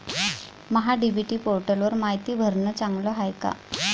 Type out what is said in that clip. महा DBT पोर्टलवर मायती भरनं चांगलं हाये का?